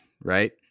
right